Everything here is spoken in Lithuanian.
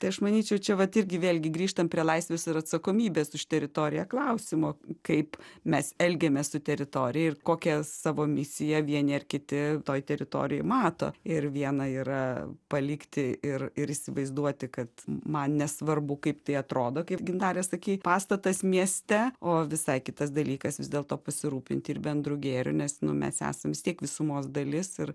tai aš manyčiau čia vat irgi vėlgi grįžtam prie laisvės ir atsakomybės už teritoriją klausimo kaip mes elgiamės su teritorija ir kokią savo misiją vieni ar kiti toj teritorijoj mato ir viena yra palikti ir ir įsivaizduoti kad man nesvarbu kaip tai atrodo kaip gintare sakei pastatas mieste o visai kitas dalykas vis dėlto pasirūpinti ir bendru gėriu nes nu mes esam vis tiek visumos dalis ir